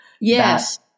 Yes